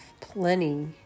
plenty